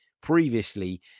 previously